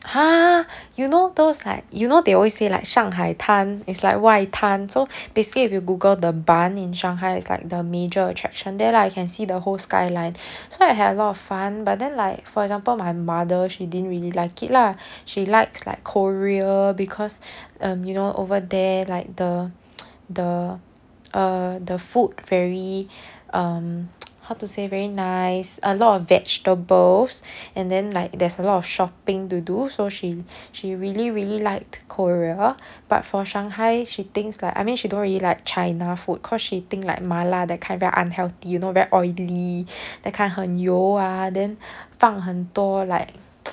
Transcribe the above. !huh! you know those like you know they always say like 上海滩 is like 外滩 so basically if you google the bund in shanghai it's like the major attraction there lah you can see the whole skyline so I had a lot of fun but then like for example my mother she didn't really like it lah she likes like korea because um you know over there like the the err the food very um how to say very nice a lot of vegetables and then like there's a lot of shopping to do so she she really really liked korea but for shanghai she thinks like I mean she don't really like china food cause she think like mala that kind very unhealthy you know very oily that kind 很油 ah then 放很多 like